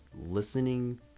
listening